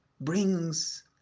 brings